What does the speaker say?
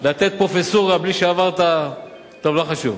לתת פרופסורה בלי שעברת, טוב, לא חשוב.